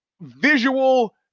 visual